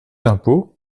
impôt